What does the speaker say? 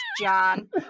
John